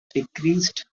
decreased